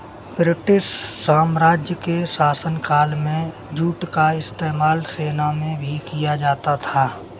British साम्राज्य के शासनकाल में जूट का इस्तेमाल सेना में भी किया जाता था